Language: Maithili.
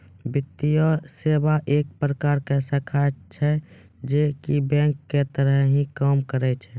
वित्तीये सेवा एक प्रकार के शाखा छै जे की बेंक के तरह ही काम करै छै